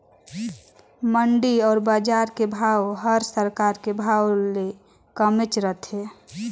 मंडी अउ बजार के भाव हर सरकार के भाव ले कमेच रथे